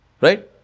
right